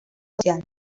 social